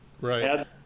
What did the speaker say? Right